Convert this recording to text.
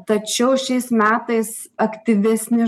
tačiau šiais metais aktyvesni